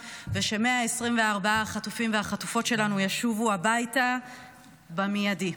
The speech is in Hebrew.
וש-124 החטופים והחטופות שלנו ישובו הביתה מיידית.